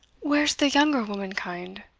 where's the younger womankind?